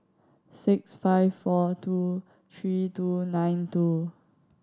six five four two three two nine two